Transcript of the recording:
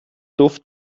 duft